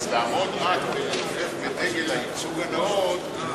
אז לעמוד ולנופף רק בדגל הייצוג הנאות,